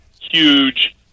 huge